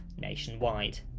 nationwide